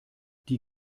die